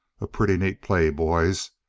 a pretty neat play, boys.